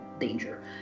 danger